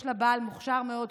יש לה בעל מוכשר מאוד,